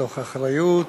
מתוך אחריות,